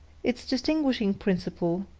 its distinguishing principle,